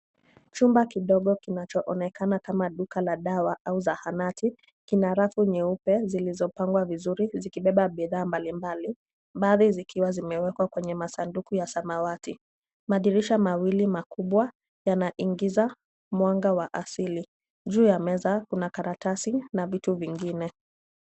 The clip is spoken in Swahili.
Chumba kidogo kinachoonekana kama duka la dawa au zahanati kina rafu nyeupe zilizopangwa vizuri zikibeba bidhaa mbali mbali baadhi zikiwa zimewekwa kwenye masanduku ya samawati. Madirisha mawili makubwa yanaingiza mwanga wa asili. Juu ya meza kuna karatasi na vitu vingine.